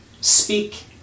speak